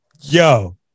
yo